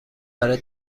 برای